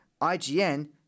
IGN